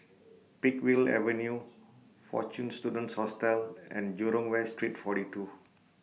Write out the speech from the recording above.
Peakville Avenue Fortune Students Hostel and Jurong West Street forty two